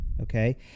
okay